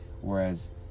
Whereas